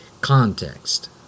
Context